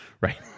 Right